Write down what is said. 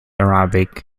arabic